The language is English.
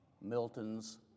Milton's